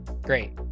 Great